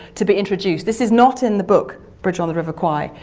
to be introduced. this is not in the book bridge on the river kwai,